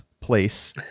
place